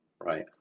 right